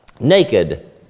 naked